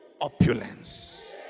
opulence